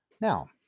Now